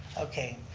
okay.